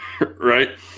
Right